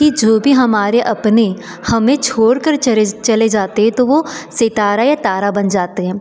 कि जो भी हमारे अपने हमें छोड़ कर चरेज़ चले ज़ाते तो वह सितारा या तारा बन जाते हैं